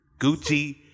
Gucci